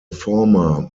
former